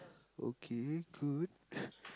okay good